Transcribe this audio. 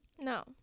No